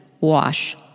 wash